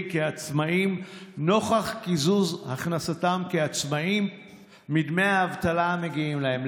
כעצמאים נוכח קיזוז הכנסתם כעצמאים מדמי האבטלה המגיעים להם.